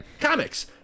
comics